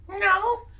No